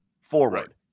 forward